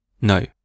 No